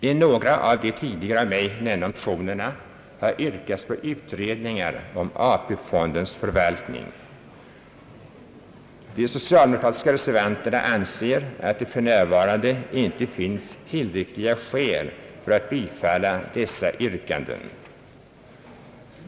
I några av de tidigare av mig nämnda motionerna har yrkats på utredning om AP-fondens förvaltning. De socialdemokratiska reservanterna anser att det för närvarande inte finns tillräckliga skäl för att bifalla dessa yrkanden.